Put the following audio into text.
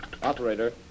Operator